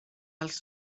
els